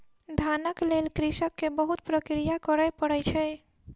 धानक लेल कृषक के बहुत प्रक्रिया करय पड़ै छै